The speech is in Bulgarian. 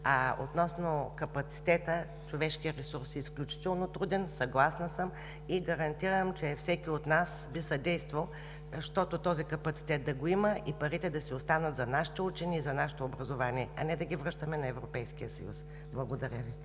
А относно капацитета, човешкият ресурс е изключително труден, съгласна съм и гарантирам, че всеки от нас би съдействал, щото този капацитет да го има и парите да си останат за нашите учени и за нашето образование, а не да ги връщаме на Европейския съюз. Благодаря Ви.